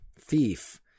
Thief